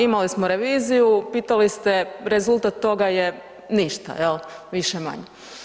Imali smo reviziju, pitali ste, rezultat toga je ništa jel više-manje.